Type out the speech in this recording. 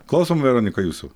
klausom veronika jūsų